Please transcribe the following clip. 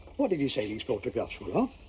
what did you say these photographs were but